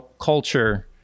culture